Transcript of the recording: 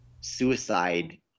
suicide